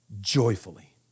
joyfully